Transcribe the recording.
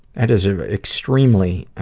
that is an extremely, ah,